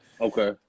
Okay